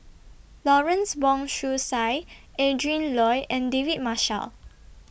Lawrence Wong Shyun Tsai Adrin Loi and David Marshall